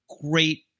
Great